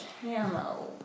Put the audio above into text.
camo